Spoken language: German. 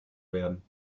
werden